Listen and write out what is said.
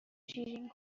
شیرین